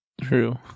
True